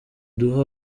duha